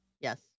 yes